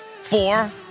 four